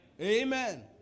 Amen